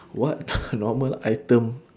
what normal item